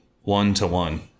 one-to-one